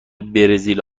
برزیل